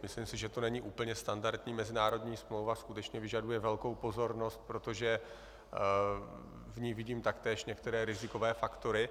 Myslím si, že to není úplně standardní mezinárodní smlouva, skutečně vyžaduje velkou pozornost, protože v ní vidím taktéž některé rizikové faktory.